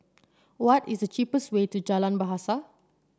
what is the cheapest way to Jalan Bahasa